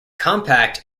compact